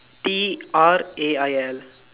T R A I L